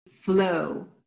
flow